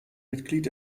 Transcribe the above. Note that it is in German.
mitglied